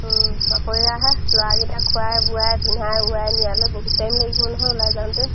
অকলশৰীয়াহে ল'ৰাকেইটাক খোৱাই বোৱাই পিন্ধাই উৰাই নিয়ালৈ বহুত টাইম লাগিব নহয় ওলাই যাওঁতে